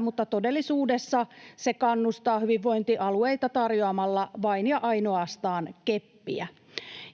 mutta todellisuudessa se kannustaa hyvinvointialueita tarjoamalla vain ja ainoastaan keppiä.